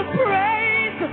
praise